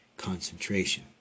concentration